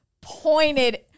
pointed